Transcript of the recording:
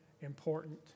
important